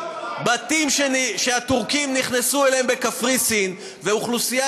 בתים שהטורקים נכנסו אליהם בקפריסין ואוכלוסייה